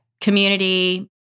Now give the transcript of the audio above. community